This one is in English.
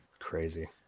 crazy